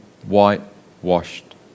Whitewashed